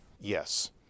Yes